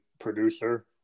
producer